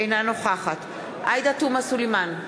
אינה נוכחת עאידה תומא סלימאן,